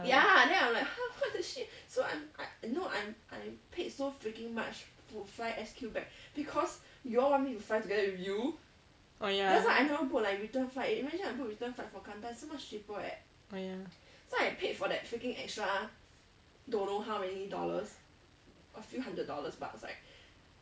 oh ya oh ya